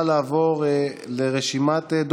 אני